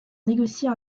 négocier